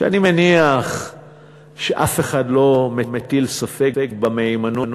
שאני מניח שאף אחד לא מטיל ספק במהימנות